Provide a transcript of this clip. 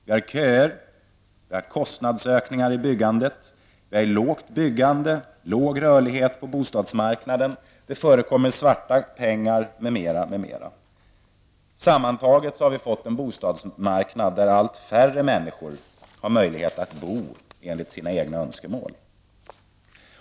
Vi har köer, kostnadsökningar i byggandet, ett lågt byggande, en låg rörlighet på bostadsmarknaden, det förekommer svarta pengar m.m. Sammantaget har vi fått en bostadsmarknad där allt färre människor har möjlighet att bo enligt sina egna önskemål.